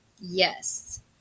Yes